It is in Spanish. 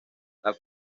las